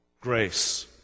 grace